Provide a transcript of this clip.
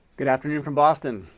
good afternoon from boston.